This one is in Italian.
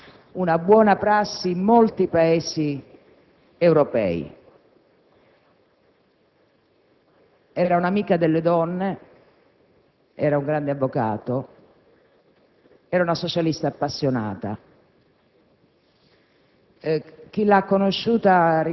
in quel Codice donna che è diventato una buona prassi in molti Paesi europei. Era un'amica delle donne, era un grande avvocato, era una socialista appassionata.